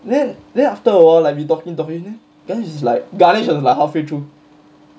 then then after awhile like we talking talking then she's like ganesh was like halfway through